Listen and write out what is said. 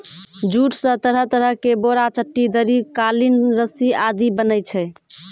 jute स तरह तरह के बोरा, चट्टी, दरी, कालीन, रस्सी आदि बनै छै